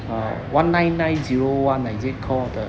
uh one nine nine zero one ah is it call the